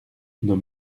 nos